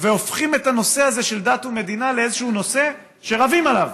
שהופכים את הנושא הזה של דת ומדינה לאיזשהו נושא שרבים עליו,